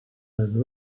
man